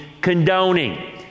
condoning